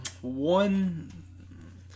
One